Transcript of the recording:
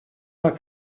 pas